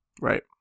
Right